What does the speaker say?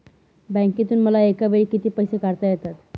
बँकेतून मला एकावेळी किती पैसे काढता येतात?